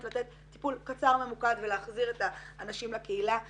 לתת טיפול קצר ממוקד ולהחזיר את האנשים לקהילה.